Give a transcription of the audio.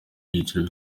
ibyiciro